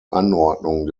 anordnung